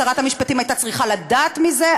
שרת המשפטים הייתה צריכה לדעת מזה,